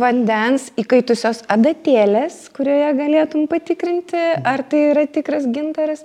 vandens įkaitusios adatėlės kurioje galėtum patikrinti ar tai yra tikras gintaras